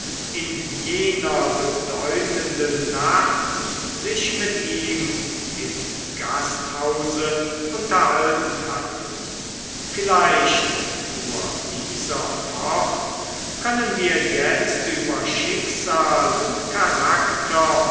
in jener bedeutenden nacht sich mit ihm im gasthause unterhalten hatte vielleicht fuhr dieser fort können wir jetzt über schicksal und charakter